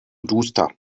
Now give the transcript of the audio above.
duster